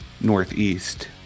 northeast